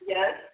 Yes